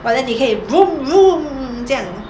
but then 你可以 这样